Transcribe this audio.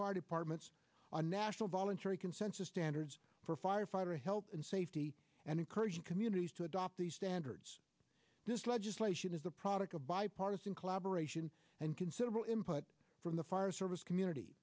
fire departments on national voluntary consensus standards for firefighter health and safety and encouraging communities to adopt these standards this legislation is the product of bipartisan collaboration and considerable him put from the fire service community